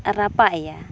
ᱨᱟᱯᱟᱜ ᱮᱭᱟ